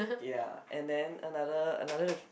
ya and then another another